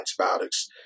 antibiotics